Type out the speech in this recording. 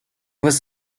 was